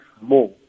more